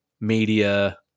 media